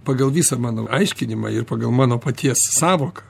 pagal visą mano aiškinimą ir pagal mano paties sąvoką